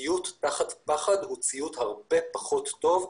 ציות תחת פחד הוא הציות הכי פחות טוב,